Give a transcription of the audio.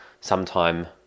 sometime